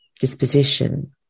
disposition